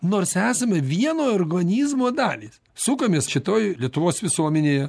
nors esame vieno organizmo dalys sukamės šitoj lietuvos visuomenėje